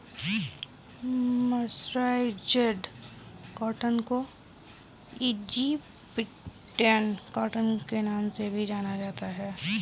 mercerised cotton को Egyptian cotton के नाम से भी जाना जाता है